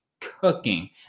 cooking